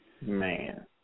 Man